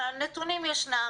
הנתונים ישנם,